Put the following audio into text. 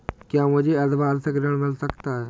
क्या मुझे अर्धवार्षिक ऋण मिल सकता है?